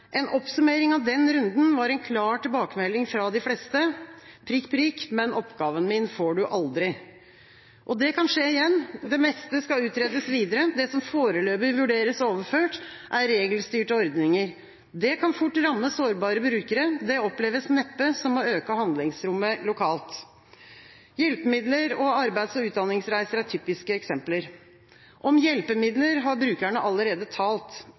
En oppsummering av den runden var en klar tilbakemelding fra de fleste: Men oppgaven min får du aldri! Det kan skje igjen. Det meste skal utredes videre. Det som foreløpig vurderes overført, er regelstyrte ordninger. Det kan fort ramme sårbare brukere, og det oppleves neppe som å øke handlingsrommet lokalt. Hjelpemidler og arbeids- og utdanningsreiser er typiske eksempler. Om hjelpemidler har brukerne allerede talt.